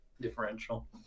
differential